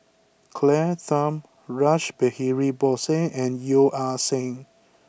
Claire Tham Rash Behari Bose and Yeo Ah Seng